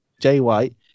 J-White